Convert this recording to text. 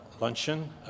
luncheon